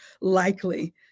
likely